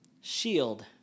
shield